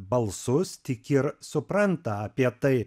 balsus tik ir supranta apie tai